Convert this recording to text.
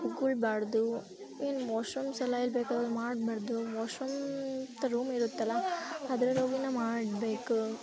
ಉಗುಳ್ಬಾರ್ದು ಇನ್ನು ವಾಶ್ ರೂಮ್ಸೆಲ್ಲ ಎಲ್ಲಿ ಬೇಕಾದಲ್ಲಿ ಮಾಡ್ಬಾರ್ದು ವಾಶ್ ರೂಮ್ ಅಂತ ರೂಮ್ ಇರುತ್ತಲ್ವ ಅದ್ರಲ್ಲಿ ಹೋಗಿನೇ ಮಾಡಬೇಕು